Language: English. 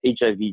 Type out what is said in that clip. HIV